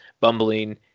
bumbling